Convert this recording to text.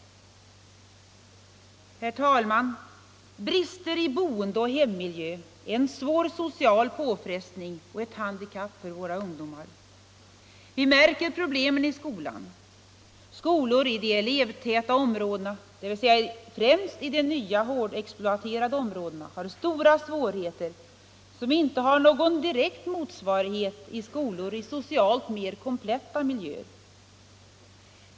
Brister i boendeoch hemmiljö är en svår social påfrestning och ett handikapp för våra ungdomar. Vi märker problemen i skolan. Skolor i de elevtäta områdena, dvs. främst de nya hårdexploaterade områdena, har stora svårigheter som inte har någon direkt motsvarighet i skolor i socialt mer kompletta miljöer.